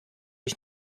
ich